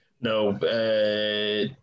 No